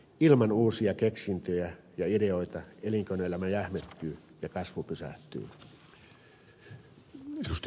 ilman uusia keksintöjä ja ideoita elinkeinoelämä jähmettyy ja kasvu pysähtyy